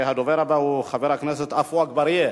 הדובר הבא הוא חבר הכנסת עפו אגבאריה.